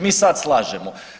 Mi sad slažemo.